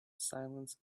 silence